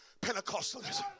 Pentecostalism